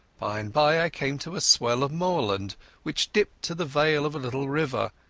by-and-by i came to a swell of moorland which dipped to the vale of a little river,